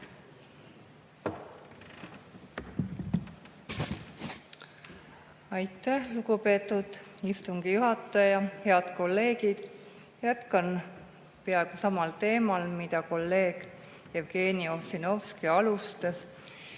Aitäh, lugupeetud istungi juhataja! Head kolleegid! Jätkan peaaegu samal teemal, mille käsitlemist kolleeg Jevgeni Ossinovski alustas.